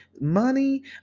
money